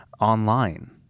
online